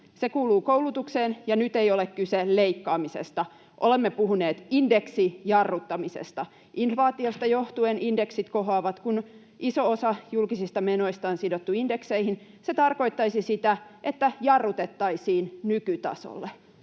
”Se kuuluu koulutukseen. Ja nyt ei ole kyse leikkaamisesta, olemme puhuneet indeksijarruttamisesta. Inflaatiosta johtuen indeksit kohoavat. Kun iso osa julkisista menoista on sidottu indekseihin, se tarkoittaisi sitä, että jarrutettaisiin nykytasolle.”